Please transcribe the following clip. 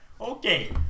Okay